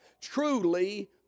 truly